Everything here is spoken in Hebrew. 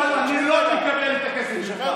הוא אמר לו: אני לא מקבל את הכסף ממך,